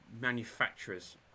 manufacturers